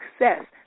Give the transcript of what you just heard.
success